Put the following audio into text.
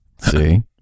See